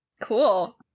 Cool